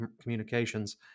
communications